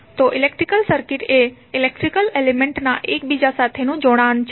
તો electric circuit એ electrical element ના એકબીજા સાથે નું જોડાણ છે